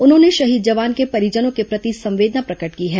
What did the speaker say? उन्होंने शहीद जवान के परिजनों के प्रति संवेदना प्रकट की है